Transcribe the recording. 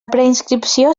preinscripció